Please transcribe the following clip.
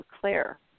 Claire